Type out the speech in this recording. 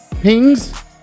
pings